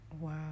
wow